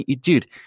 dude